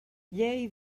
llei